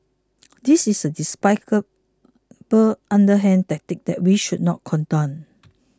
this is a underhand tactic that we should not condone